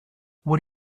what